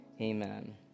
amen